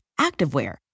activewear